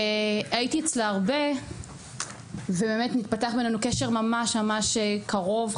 והייתי אצלה הרבה ובאמת התפתח בינינו קשר ממש ממש קרוב,